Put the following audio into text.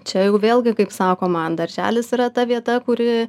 čia jau vėlgi kaip sakoma darželis yra ta vieta kuri